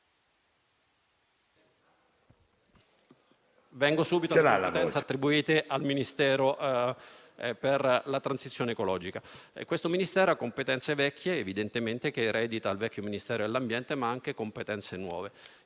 Arrivo subito alle competenze attribuite al Ministero per la transizione ecologica. Tale Ministero ha competenze vecchie, che eredita dal vecchio Ministero dell'ambiente, ma anche competenze nuove.